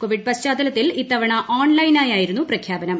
Covid പശ്ചാത്തലത്തിൽ ഇത്തവണ ഓൺലൈനായിയായിരുന്നു പ്രഖ്യാപനം